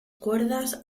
cuerdas